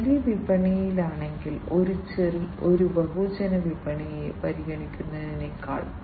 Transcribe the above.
ഒരു വലിയ വിപണിയാണെങ്കിൽ ഒരു ബഹുജന വിപണിയെ പരിഗണിക്കുന്നതിനേക്കാൾ